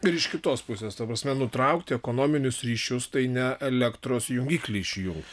ir iš kitos pusės ta prasme nutraukti ekonominius ryšius tai ne elektros jungiklį išjungti